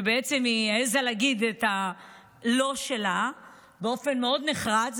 שבעצם היא העזה להגיד את ה"לא" שלה באופן מאוד נחרץ,